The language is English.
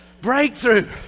Breakthrough